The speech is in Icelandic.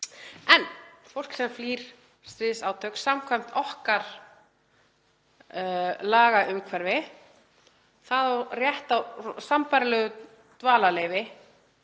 en fólk sem flýr stríðsátök samkvæmt okkar lagaumhverfi á rétt á sambærilegu dvalarleyfi